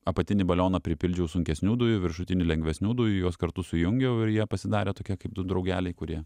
apatinį balioną pripildžiau sunkesnių dujų viršutinį lengvesnių dujų juos kartu sujungiau ir jie pasidarė tokie kaip du drugeliai kurie